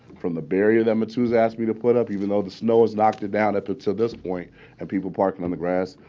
from the barrier that matuza asked me to put up, even though the snow has knocked it down up to so this point and people parking on the grass,